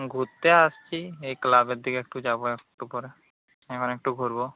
ঘুরতে আসছি এই ক্লাবের দিকে একটু যাব একটু পরে এখন একটু ঘুরব